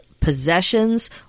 possessions